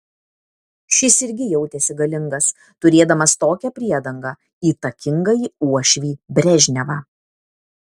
šis irgi jautėsi galingas turėdamas tokią priedangą įtakingąjį uošvį brežnevą